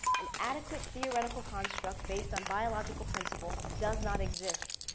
an adequate theoretical construct based on biological principles does not exist.